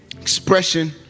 expression